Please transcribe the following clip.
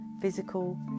physical